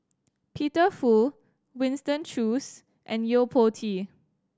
Peter Fu Winston Choos and Yo Po Tee